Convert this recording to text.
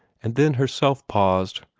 and then herself paused.